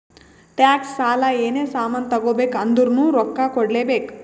tax, ಸಾಲ, ಏನೇ ಸಾಮಾನ್ ತಗೋಬೇಕ ಅಂದುರ್ನು ರೊಕ್ಕಾ ಕೂಡ್ಲೇ ಬೇಕ್